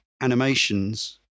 animations